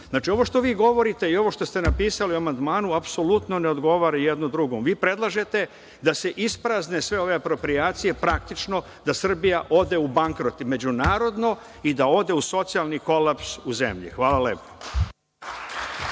se. Ovo što vi govorite i ovo što ste napisali u amandmanu apsolutno ne odgovara jedno drugom. Vi predlažete da se isprazne sve ove aproprijacije, praktično da Srbija ode u bankrot i međunarodno i da ode u socijalni kolaps u zemlji. Hvala lepo.